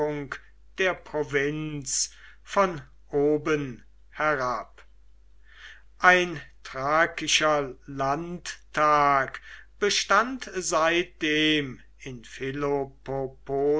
der provinz von oben herab ein thrakischer landtag bestand seitdem in